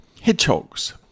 hedgehogs